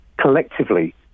collectively